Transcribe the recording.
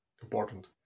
Important